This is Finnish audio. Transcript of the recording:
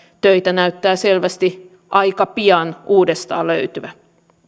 töitä näyttää selvästi aika pian uudestaan löytyvän